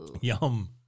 Yum